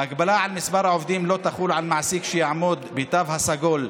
ההגבלה על מספר העובדים לא תחול על מעסיק שיעמוד בתו הסגול,